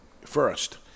first